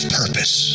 purpose